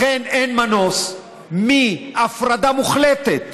לכן אין מנוס מהפרדה מוחלטת